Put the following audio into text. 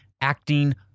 acting